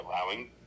allowing